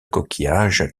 coquillage